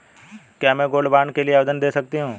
क्या मैं gold bond के लिए आवेदन दे सकती हूँ?